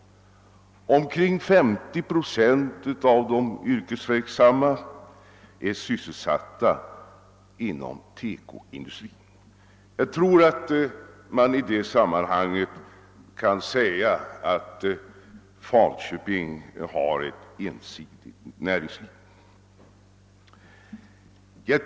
Omkring 50 procent av de yrkesverksamma är sysselsatta inom TEKO industrin. Falköping kan alltså sägas ha ett ensidigt näringsliv.